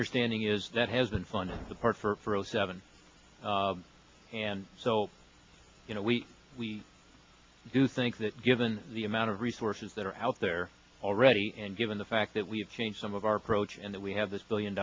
understanding is that has been funding the part for zero seven and so you know we we do think that given the amount of resources that are out there already and given the fact that we have changed some of our approach and that we have this billion